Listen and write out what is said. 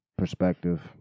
perspective